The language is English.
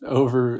over